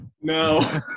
No